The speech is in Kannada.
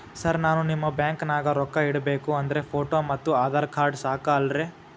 ಸರ್ ನಾನು ನಿಮ್ಮ ಬ್ಯಾಂಕನಾಗ ರೊಕ್ಕ ಇಡಬೇಕು ಅಂದ್ರೇ ಫೋಟೋ ಮತ್ತು ಆಧಾರ್ ಕಾರ್ಡ್ ಸಾಕ ಅಲ್ಲರೇ?